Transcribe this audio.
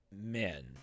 men